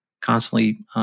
constantly